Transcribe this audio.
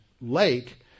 lake